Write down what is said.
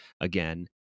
again